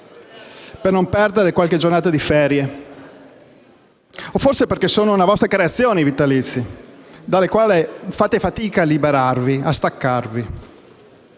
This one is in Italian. per non perdere qualche giornata di ferie o forse perché essi sono una vostra creazione, dalla quale fate fatica a liberarvi e a staccarvi.